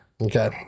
Okay